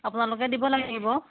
আপোনালোকে দিব লাগিব